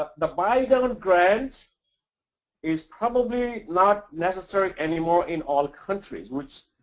ah the buy-down grant is probably not necessary anymore in all countries which,